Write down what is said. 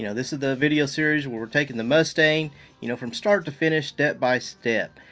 you know this is the video series where we're taking the mustang you know from start to finish, step-by-step.